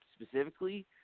specifically